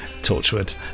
Torchwood